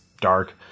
dark